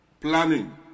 planning